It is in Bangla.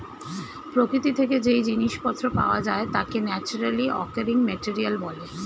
প্রকৃতি থেকে যেই জিনিস পত্র পাওয়া যায় তাকে ন্যাচারালি অকারিং মেটেরিয়াল বলে